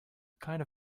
kind